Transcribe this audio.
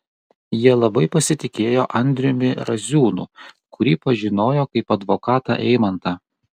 jie labai pasitikėjo andriumi raziūnu kurį pažinojo kaip advokatą eimantą